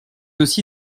aussi